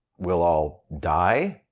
we'll all die?